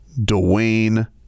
Dwayne